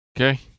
Okay